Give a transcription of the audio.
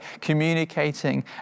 communicating